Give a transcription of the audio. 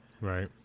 Right